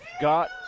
got